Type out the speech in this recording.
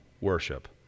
worship